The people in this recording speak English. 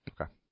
Okay